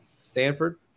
Stanford